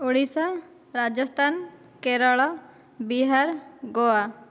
Odisha Rajasthan Kerala Bihar Goa